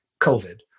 COVID